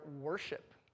worship